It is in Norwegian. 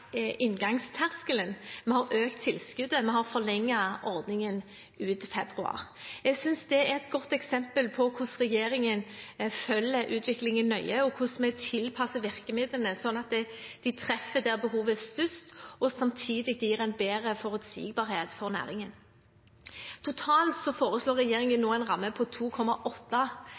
inngangsterskelen, vi har økt tilskuddet, og vi har forlenget ordningen ut februar. Jeg synes det er et godt eksempel på hvordan regjeringen følger utviklingen nøye, og hvordan vi tilpasser virkemidlene slik at de treffer der behovet er størst, og samtidig gir en bedre forutsigbarhet for næringen. Totalt foreslår regjeringen nå en ramme på 2,8